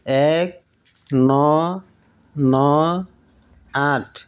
এক ন ন আঠ